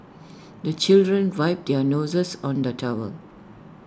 the children wipe their noses on the towel